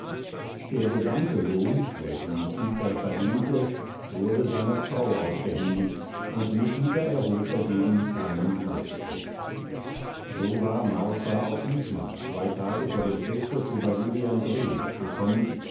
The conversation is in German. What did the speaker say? der gesamte lohn welchen nikita verdiente wurde seiner frau ausgehändigt und nikita erhob dagegen keinen widerspruch so war marfa auch diesmal zwei tage vor dem feste zu wasili andrejitsch gekommen